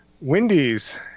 Wendy's